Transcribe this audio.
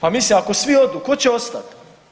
Pa mislim ako svi odu tko će ostati?